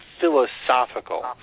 philosophical